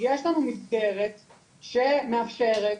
יש לנו מסגרת שמאפשרת,